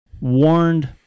warned